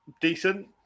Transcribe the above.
decent